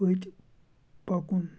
پٔتۍ پکُن